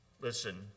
Listen